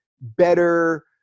better